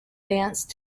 dance